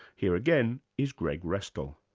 here again is greg restall.